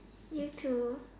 you too